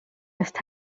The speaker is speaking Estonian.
eest